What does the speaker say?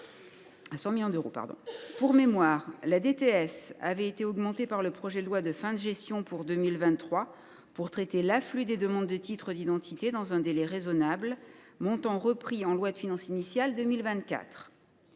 Pour mémoire, la DTS avait été augmentée par le projet de loi de fin de gestion pour 2023, afin de traiter l’afflux des demandes de titres d’identité dans un délai raisonnable, et son montant avait été repris en loi de finances initiale pour 2024.